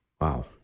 Wow